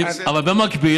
אבל במקביל,